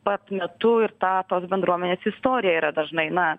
pat metu ir ta tos bendruomenės istorija yra dažnai na